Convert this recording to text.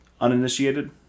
uninitiated